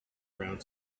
around